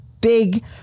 big